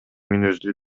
мүнөздүү